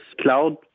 cloud